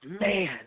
man